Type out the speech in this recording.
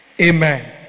Amen